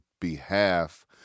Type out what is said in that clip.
behalf